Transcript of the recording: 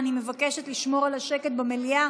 אני מבקשת לשמור על השקט במליאה